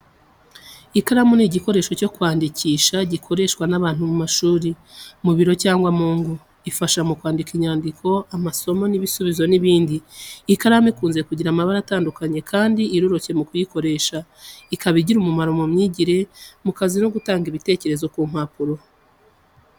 Ikaramu ni igikoresho cyo kwandikisha gikoreshwa n'abantu mu mashuri, mu biro cyangwa mu ngo. Ifasha mu kwandika inyandiko, amasomo, ibisubizo n’ibindi. Ikaramu ikunze kugira amabara atandukanye kandi iroroshye mu kuyikoresha, ikaba igira umumaro mu myigire, mu kazi no mu gutanga ibitekerezo ku mpapuro.